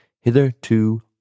hitherto